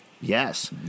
Yes